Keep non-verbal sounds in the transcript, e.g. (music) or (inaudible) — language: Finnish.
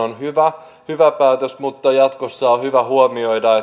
(unintelligible) on hyvä hyvä päätös mutta jatkossa on hyvä huomioida (unintelligible)